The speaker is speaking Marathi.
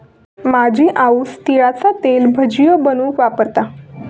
माझी आऊस तिळाचा तेल भजियो बनवूक वापरता